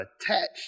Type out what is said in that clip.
attached